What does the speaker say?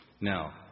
Now